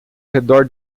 redor